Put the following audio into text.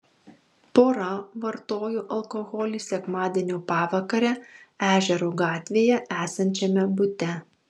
pora vartojo alkoholį sekmadienio pavakarę ežero gatvėje esančiame bute